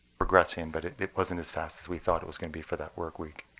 progressing, but it wasn't as fast as we thought it was going to be for that work week.